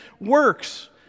works